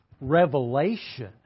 revelation